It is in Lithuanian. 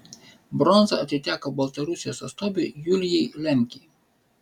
bronza atiteko baltarusijos atstovei julijai lemkei